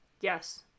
Yes